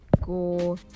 go